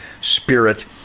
spirit